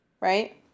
right